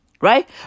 Right